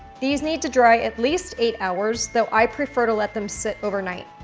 these need to dry at least eight hours, though i prefer to let them sit overnight.